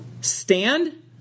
stand